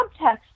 subtext